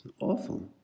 awful